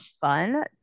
fun